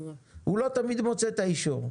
הוא לא תמיד מוצא את האישור.